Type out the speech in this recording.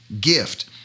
gift